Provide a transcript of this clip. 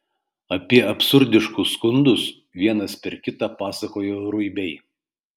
apie absurdiškus skundus vienas per kitą pasakojo ruibiai